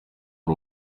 uri